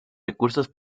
recursos